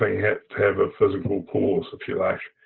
ah had to have a physical cause if you like.